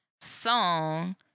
song